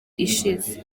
ishize